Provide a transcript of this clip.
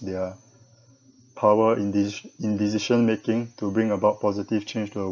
their power in de~ in decision making to bring about positive change the